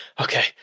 okay